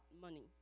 money